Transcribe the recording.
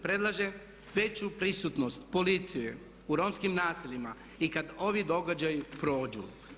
Predlažem veću prisutnost policije u romskim naseljima i kad ovi događaji prođu.